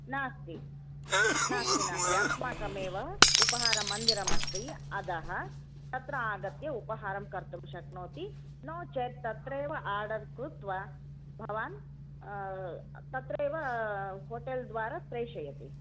नास्ति नास्ति नास्ति अस्माकमेव उपाहारमन्दिरमस्ति अधः तत्र आगत्य उपाहारं कर्तुं शक्नोति नो चेत् तत्र एव आर्डर् कृत्वा भवान् तत्र एव होटेल् द्वारा प्रेषयति